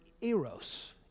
eros